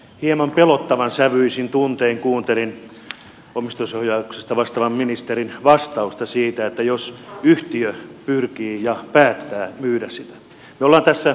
hieman pelottavan sävyisin tuntein kuuntelin omistajaohjauksesta vastaavan ministerin vastausta siitä että jos yhtiö pyrkii ja päättää myydä sitä